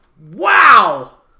Wow